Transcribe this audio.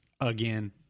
Again